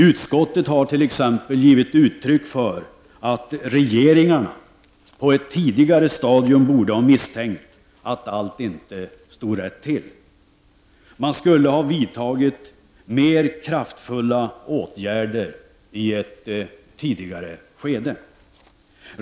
Utskottet har t.ex. givit uttryck för att regeringarna på ett tidigare stadium borde ha misstänkt att allt inte stod rätt till. Man skulle ha vidtagit mer kraftfulla åtgärder i ett tidigare skede.